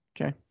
Okay